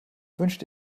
wünschte